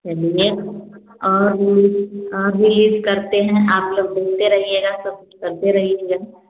चलिए और भी और भी ईद करते हैं आप लोग घूमते रहिएगा सब कुछ करते रहिएगा